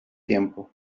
tiempo